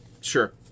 Sure